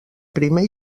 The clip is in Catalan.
primer